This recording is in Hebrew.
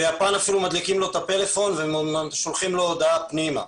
ביפן אפילו מדליקים לו את הפלאפון ושולחים לו הודעה פנימה.